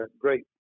great